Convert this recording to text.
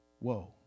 whoa